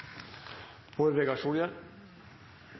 Bård Vegar Solhjell